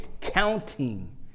counting